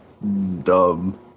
Dumb